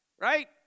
Right